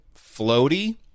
floaty